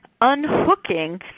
unhooking